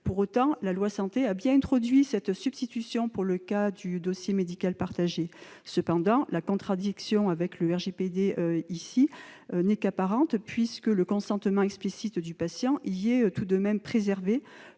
Pour autant, la loi Santé a bien introduit cette substitution pour le cas du dossier médical partagé. Cependant, dans ce cas, la contradiction avec le RGPD n'est qu'apparente, puisque le consentement explicite du patient est préservé,